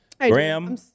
Graham